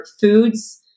foods